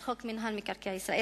של מינהל מקרקעי ישראל,